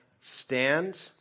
stand